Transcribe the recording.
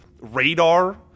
radar